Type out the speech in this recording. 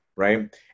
Right